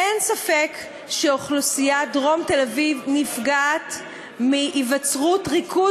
אין ספק שאוכלוסיית דרום תל-אביב נפגעת מהיווצרות ריכוז